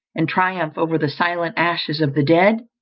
and triumph over the silent ashes of the dead?